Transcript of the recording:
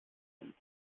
hin